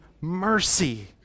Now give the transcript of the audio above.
mercy